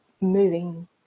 moving